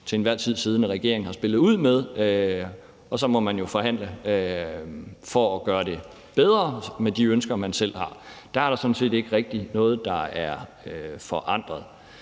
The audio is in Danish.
til enhver tid siddende regering har spillet ud med, og så må man jo forhandle for at gøre det bedre med de ønsker, man selv har. Der er der sådan set ikke noget, der er forandret.